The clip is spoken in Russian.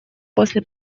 после